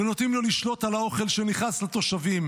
ונותנים לו לשלוט על האוכל שנכנס לתושבים.